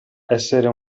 essere